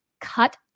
cut